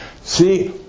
see